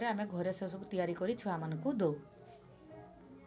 ଆମେ ଘରେ ସେସବୁ ତିଆରି କରି ଛୁଆମାନଙ୍କୁ ଦେଉ